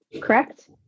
correct